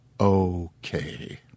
Okay